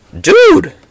Dude